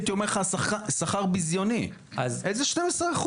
הייתי אומר לך שכר ביזיוני איזה 12?